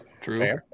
true